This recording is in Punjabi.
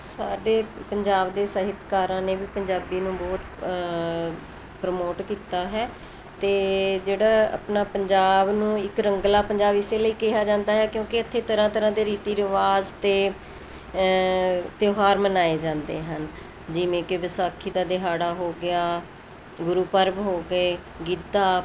ਸਾਡੇ ਪੰਜਾਬ ਦੇ ਸਾਹਿਤਕਾਰਾਂ ਨੇ ਵੀ ਪੰਜਾਬੀ ਨੂੰ ਬਹੁਤ ਪ੍ਰਮੋਟ ਕੀਤਾ ਹੈ ਅਤੇ ਜਿਹੜਾ ਆਪਣਾ ਪੰਜਾਬ ਨੂੰ ਇੱਕ ਰੰਗਲਾ ਪੰਜਾਬ ਇਸੇ ਲਈ ਕਿਹਾ ਜਾਂਦਾ ਹੈ ਕਿਉਂਕਿ ਇੱਥੇ ਤਰ੍ਹਾਂ ਤਰ੍ਹਾਂ ਦੇ ਰੀਤੀ ਰਿਵਾਜ ਅਤੇ ਤਿਉਹਾਰ ਮਨਾਏ ਜਾਂਦੇ ਹਨ ਜਿਵੇਂ ਕਿ ਵਿਸਾਖੀ ਦਾ ਦਿਹਾੜਾ ਹੋ ਗਿਆ ਗੁਰਪੁਰਬ ਹੋ ਗਏ ਗਿੱਧਾ